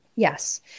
Yes